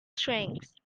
strengths